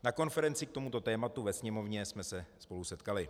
Na konferenci k tomuto tématu ve Sněmovně jsme se spolu setkali.